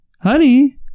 honey